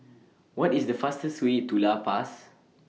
What IS The fastest Way to La Paz